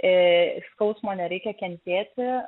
ir skausmo nereikia kentėti